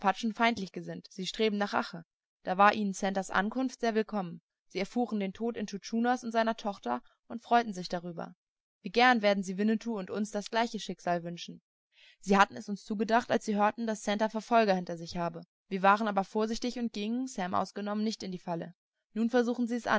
feindlich gesinnt sie streben nach rache da war ihnen santers ankunft sehr willkommen sie erfuhren den tod intschu tschunas und seiner tochter und freuten sich darüber wie gern werden sie winnetou und uns das gleiche schicksal wünschen sie hatten es uns zugedacht als sie hörten daß santer verfolger hinter sich habe wir aber waren vorsichtig und gingen sam ausgenommen nicht in die falle nun versuchen sie es